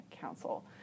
Council